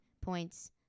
points